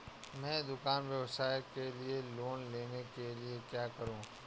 मैं दुकान व्यवसाय के लिए लोंन लेने के लिए क्या करूं?